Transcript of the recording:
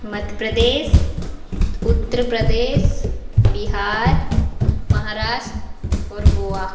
मध्य प्रदेश उत्तर प्रदेश बिहार महाराष्ट्र ओर गोवा